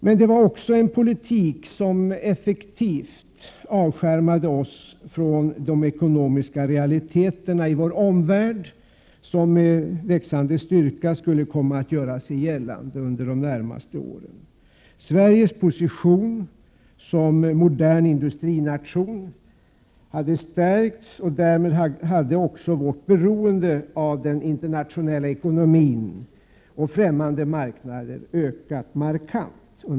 Men det var också en politik som effektivt avskärmade oss från de ekonomiska realiteterna i vår omvärld, som med växande styrka skulle komma att göra sig gällande under de närmaste åren. Sveriges position som modern industrination hade stärkts, och därmed hade också vårt beroende av den internationella ekonomin och av främmande marknader ökat markant.